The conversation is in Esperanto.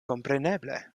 kompreneble